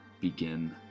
begin